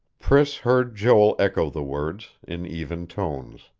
priss heard joel echo the words, in even tones.